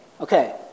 Okay